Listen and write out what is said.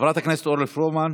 חברת הכנסת אורלי פרומן.